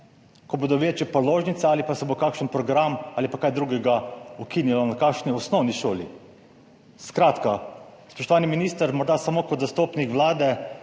ko bodo višje položnice ali pa se bo kakšen program ali pa kaj drugega ukinilo na kakšni osnovni šoli. Skratka, spoštovani minister, morda kot zastopnik vlade